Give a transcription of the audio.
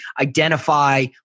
identify